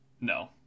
No